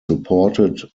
supported